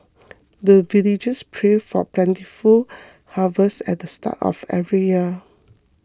the villagers pray for plentiful harvest at the start of every year